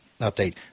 update